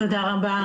תודה רבה.